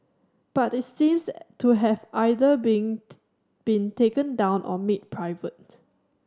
but it seems to have either been been taken down or made private